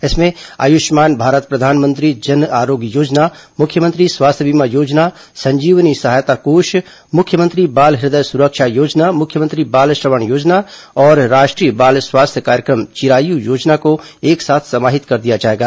इसमें आयुष्मान भारत प्रधानमंत्री जन आरोग्य योजना मुख्यमंत्री स्वास्थ्य बीमा योजना संजीवनी सहायता कोष मुख्यमंत्री बाल हृदय सुरक्षा योजना मुख्यमंत्री बाल श्रवण योजना और राष्ट्रीय बाल स्वास्थ्य कार्यक्रम चिरायु योजना को एक साथ समाहित कर दिया जाएगा